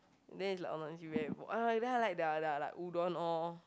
then it's like then I like their their like udon oh